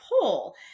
pull